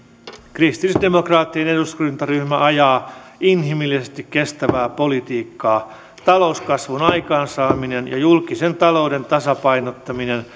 kristillisdemokraattinen eduskuntaryhmä ajaa inhimillisesti kestävää politiikkaa talouskasvun aikaansaaminen ja julkisen talouden tasapainottaminen